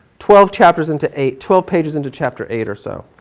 twelve chapters into eight, twelve pages into chapter eight or so.